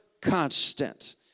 constant